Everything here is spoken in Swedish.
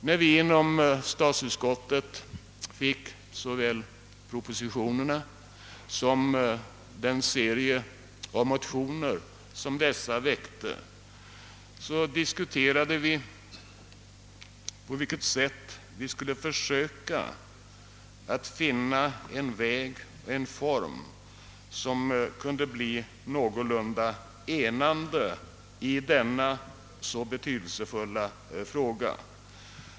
När vi i statsutskottet fick såväl propositionerna som den serie av motioner dessa gav upphov till, diskuterade vi på vilket sätt vi skulle försöka finna en väg, en form, som kunde bli någorlunda enande i denna så betydelsefulla fråga.